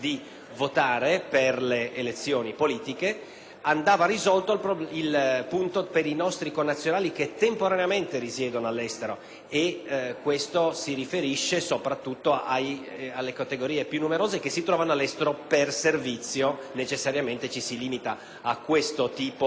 Andava risolto il problema per i nostri connazionali che temporaneamente risiedono all'estero. Questo si riferisce, soprattutto, alle categorie più numerose che si trovano all'estero per servizio (necessariamente ci si limita a questo tipo di motivazione per la residenza temporanea all'estero).